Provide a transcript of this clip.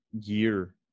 year